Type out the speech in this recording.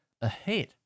ahead